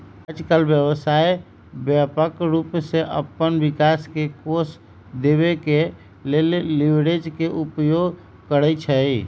याजकाल व्यवसाय व्यापक रूप से अप्पन विकास के कोष देबे के लेल लिवरेज के उपयोग करइ छइ